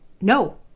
no